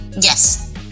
Yes